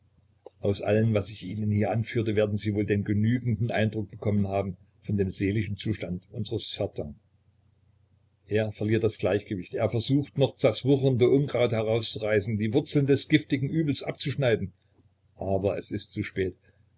aus allem was ich hier ihnen anführte werden sie wohl den genügenden eindruck bekommen haben von dem seelischen zustande unseres certain er verliert das gleichgewicht er versucht noch das wuchernde unkraut herauszureißen die wurzeln des giftigen übels abzuschneiden aber es ist zu spät